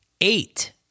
eight